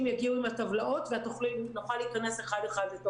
יגיעו עם הטבלאות ונוכל להיכנס אחד אחד.